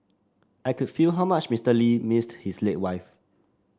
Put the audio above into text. I could feel how much Mister Lee missed his late wife